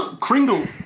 Kringle